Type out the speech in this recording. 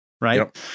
right